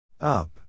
Up